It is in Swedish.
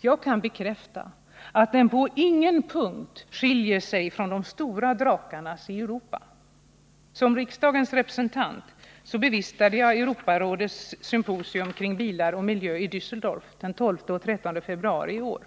Jag kan bekräfta att de på ingen punkt skiljer sig från de stora drakarnas i Europa. Som riksdagens representant bevistade jag Europarådets symposium kring bilar och miljö i Dässeldorf den 12 och 13 februari i år.